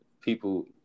people